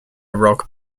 rock